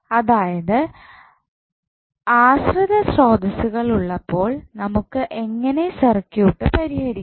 അതായത് ആശ്രിത സ്രോതസ്സുകൾ ഉള്ളപ്പോൾ നമുക്ക് എങ്ങനെ സർക്യൂട്ട് പരിഹരിക്കാം